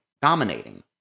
dominating